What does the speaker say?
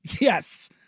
yes